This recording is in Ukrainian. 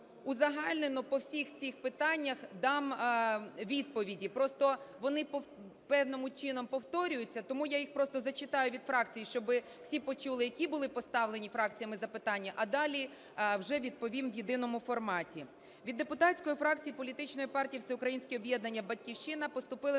узагальнено по всіх цих питаннях дам відповіді, просто вони певним чином повторюються. Тому я їх просто зачитаю від фракцій, щоб всі почули, які були поставлені фракціями запитання, а далі вже відповім в єдиному форматі. Від депутатської фракції політичної партії "Всеукраїнське об'єднання "Батьківщина" поступили